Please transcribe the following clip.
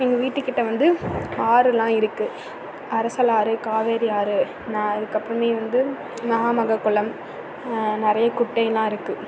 எங்கள் வீட்டுக்கிட்ட வந்து ஆறெலாம் இருக்குது அரசல் ஆறு காவேரி ஆறு அதுக்கப்புறம் வந்து மகாமக குளம் நிறைய குட்டை எல்லாம் இருக்குது